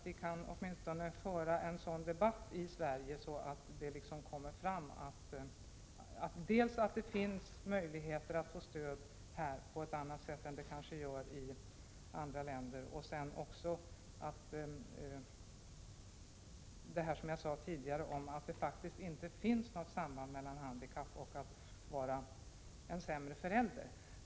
Vi kunde åtminstone föra en sådan debatt i Sverige att det kommer fram dels att det finns möjligheter att få stöd häri vårt land på ett annat sätt än vad som kanske är fallet i andra länder, dels att det, som jag sade tidigare, faktiskt inte finns något samband mellan att vara handikappad och att vara en sämre förälder.